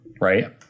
right